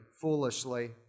foolishly